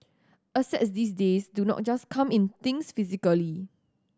assets these days do not just come in things physically